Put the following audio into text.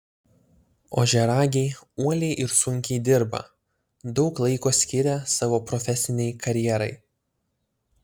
ožiaragiai uoliai ir sunkiai dirba daug laiko skiria savo profesinei karjerai